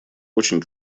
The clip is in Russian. очень